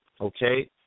okay